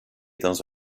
dans